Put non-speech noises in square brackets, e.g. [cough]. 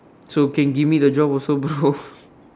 so can give me the job also bro [laughs]